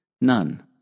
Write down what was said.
None